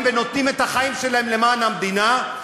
ונותנים את החיים שלהם למען המדינה,